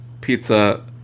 Pizza